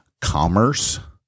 commerce